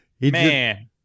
Man